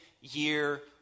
year